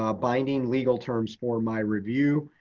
ah binding legal terms for my review.